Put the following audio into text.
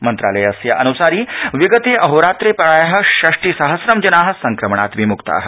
मन्त्रालयान्सारं विगते अहोरात्रे प्राय षष्टिसहस्रं जना संक्रमणात् विम्क्ता